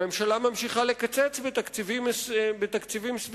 הממשלה ממשיכה לקצץ בתקציבים סביבתיים,